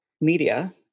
media